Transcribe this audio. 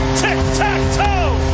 tic-tac-toe